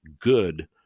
good